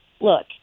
look